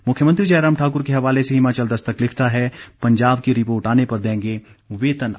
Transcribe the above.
मुख्यमंत्री जयराम ठाकुर के हवाले से हिमाचल दस्तक लिखता है पंजाब की रिपोर्ट आने पर देंगे वेतन आयोग